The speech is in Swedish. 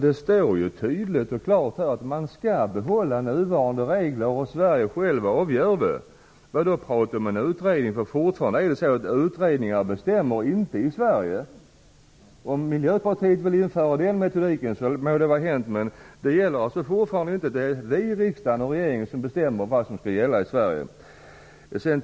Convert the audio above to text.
Det står tydligt och klart att vi skall behålla nuvarande regler och att vi avgör själva i Sverige. Utredningar bestämmer fortfarande inte i Sverige. Om Miljöpartiet vill införa den metodiken må det vara hänt, men den gäller ännu inte. Det är vi i riksdagen och regeringen som bestämmer vad som skall gälla i Fru talman!